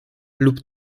lub